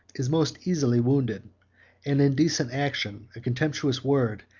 is most easily wounded an indecent action, a contemptuous word,